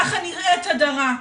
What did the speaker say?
ככה נראית הדרה.